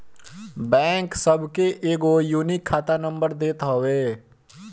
bank सबके एगो unique खाता नंबर देत हवे